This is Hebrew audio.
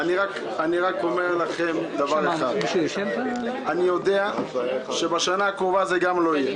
אני רק אומר לכם דבר אחד: אני יודע שבשנה הקרובה זה גם לא יהיה.